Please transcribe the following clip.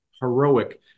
heroic